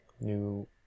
new